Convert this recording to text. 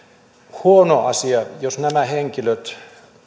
huono asia jos nämä henkilöt